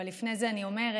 אבל לפני זה אני אומרת